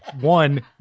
one